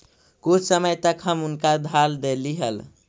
कुछ समय तक हम उनका उधार देली हल